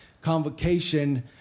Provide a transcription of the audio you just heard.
convocation